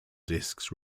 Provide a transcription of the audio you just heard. discs